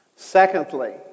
Secondly